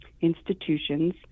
institutions